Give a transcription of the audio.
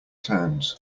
turns